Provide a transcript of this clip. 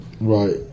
right